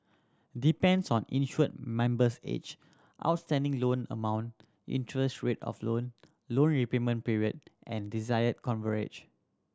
depends on insured member's age outstanding loan amount interest rate of loan loan repayment period and desired coverage